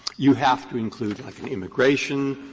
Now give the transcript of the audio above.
you have to include like in immigration,